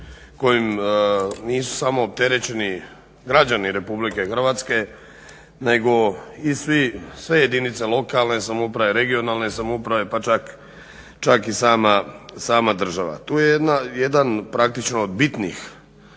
kojim nisu samo opterećeni građani RH nego i sve jedinice lokalne samouprave, regionalne samouprave pa čak i sama država. Tu je jedna praktično od bitnih